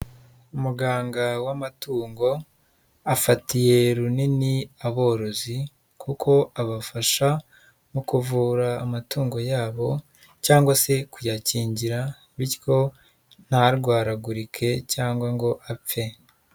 Umuganga w'amatungo afatiye runini aborozi kuko abafasha mu kuvura amatungo yabo cyangwa se kuyakingira bityo ntarwaragurike cyangwa ngo apfe.